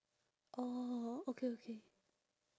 oh okay okay